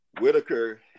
Whitaker